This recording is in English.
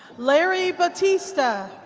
larry bautista.